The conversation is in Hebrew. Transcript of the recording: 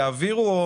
יעבירו.